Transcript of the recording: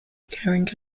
occurring